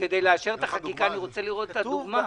כדי לאשר את החקיקה, אני רוצה לראות את הדוגמה.